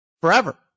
forever